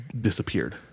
disappeared